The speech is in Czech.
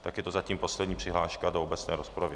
Je to zatím poslední přihláška do obecné rozpravy.